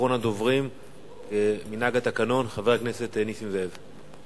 אחרון הדוברים, כמנהג התקנון, חבר הכנסת נסים זאב.